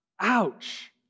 Ouch